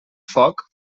foc